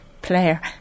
player